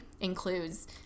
includes